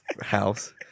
house